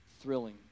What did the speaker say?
thrilling